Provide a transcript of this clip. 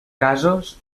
casos